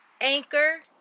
Anchor